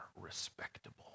respectable